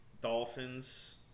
Dolphins